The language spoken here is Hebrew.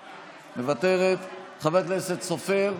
מוותרת, חבר הכנסת סופר,